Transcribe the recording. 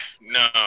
no